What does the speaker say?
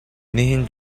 nihin